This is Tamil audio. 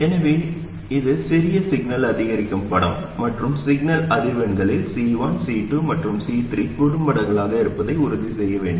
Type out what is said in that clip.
எனவே இது சிறிய சிக்னல் அதிகரிக்கும் படம் மற்றும் சிக்னல் அதிர்வெண்களில் C1 C2 மற்றும் C3 குறும்படங்களாக இருப்பதை உறுதிசெய்ய வேண்டும்